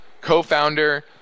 co-founder